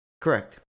Correct